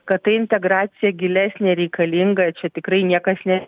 kad tai integracija gilėsnė reikalinga čia tikrai niekas ne